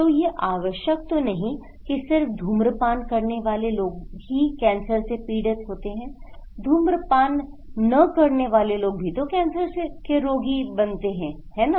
तो यह आवश्यक तो नहीं कि सिर्फ धूम्रपान करने वाले लोग ही कैंसर से पीड़ित होते हैं धूम्रपान न करने वाले लोग भी तो कैंसर के रोगी बनते हैं है ना